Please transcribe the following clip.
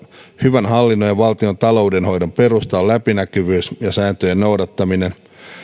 hyvän hallinnon ja valtion taloudenhoidon perusta on läpinäkyvyys ja sääntöjen noudattaminen